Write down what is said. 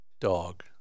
dog